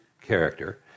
character